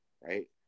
right